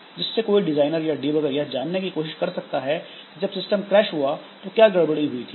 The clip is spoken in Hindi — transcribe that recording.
जिससे कोई डिजाइनर या डीबगर यह जानने की कोशिश कर सकता है कि जब सिस्टम क्रैश हुआ तो क्या गड़बड़ी हुई थी